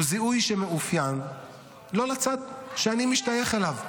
הוא זיהוי שמאופיין לא לצד שאני משתייך אליו,